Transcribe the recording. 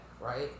right